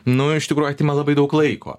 nu iš tikrųjų atima labai daug laiko